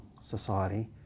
Society